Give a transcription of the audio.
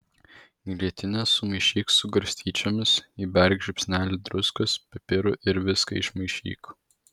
grietinę sumaišyk su garstyčiomis įberk žiupsnelį druskos pipirų ir viską išmaišyk